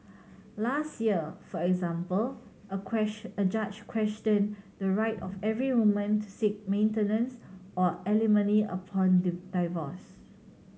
last year for example a a judge questioned the right of every woman to seek maintenance or alimony upon the divorce